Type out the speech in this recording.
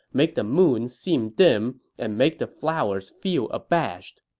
make the moon seem dim, and make the flowers feel abashed.